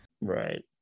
Right